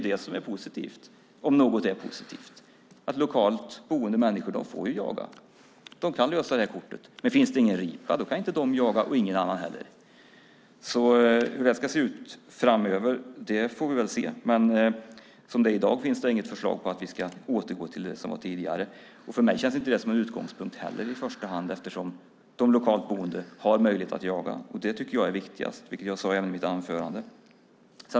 Det som är positivt, om något är positivt, är att lokalt boende människor får jaga. De kan lösa detta kort. Men om det inte finns någon ripa kan de inte jaga, och inte någon annan heller. Hur det där ska vara framöver får vi väl se, men som det är i dag finns det inget förslag att vi ska återgå till det som var tidigare. För mig känns det inte heller som en utgångspunkt i första hand, eftersom de lokalt boende har möjlighet att jaga. Det tycker jag är viktigast, vilket jag sade även i mitt anförande.